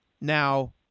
Now